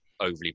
overly